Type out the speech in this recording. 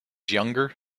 younger